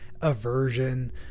aversion